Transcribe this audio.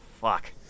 fuck